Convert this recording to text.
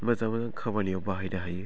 मोजां मोजां खामानियाव बाहायनो हायो